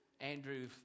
Andrew